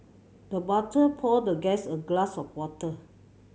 the butler poured the guest a glass of water